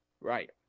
Right